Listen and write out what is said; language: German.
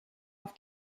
auf